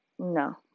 No